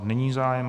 Není zájem.